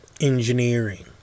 Engineering